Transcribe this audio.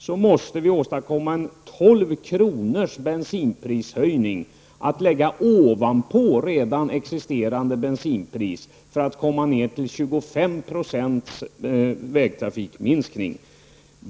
Vi måste åstadkomma 12 kronors bensinprishöjning, att lägga ovanpå redan existerande bensinpriser, för att komma ned till 25 % vägtrafikminskning.